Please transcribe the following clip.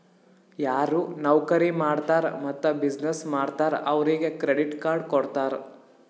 ಯಾರು ನೌಕರಿ ಮಾಡ್ತಾರ್ ಮತ್ತ ಬಿಸಿನ್ನೆಸ್ ಮಾಡ್ತಾರ್ ಅವ್ರಿಗ ಕ್ರೆಡಿಟ್ ಕಾರ್ಡ್ ಕೊಡ್ತಾರ್